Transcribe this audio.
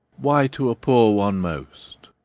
why to a poor one most?